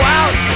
out